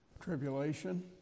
tribulation